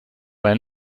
bei